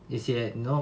一些 you know